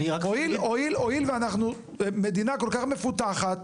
הואיל ואנחנו מדינה כל כך מפותחת,